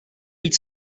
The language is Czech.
být